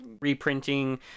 reprinting